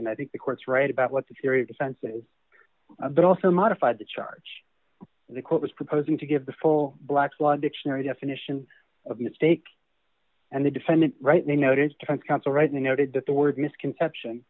and i think the court's right about what the theory of defenses but also modified to charge the court was proposing to give the full black's law dictionary definition of mistake and the defendant rightly noted defense counsel rising noted that the word misconception